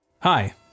Hi